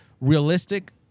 realistic